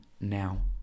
now